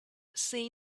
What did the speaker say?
see